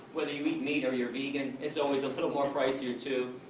whether you eat meat or you're vegan, it's always a little more pricier, too.